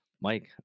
mike